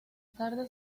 tarde